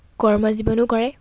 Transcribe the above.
কৰ্ম জীৱনো কৰে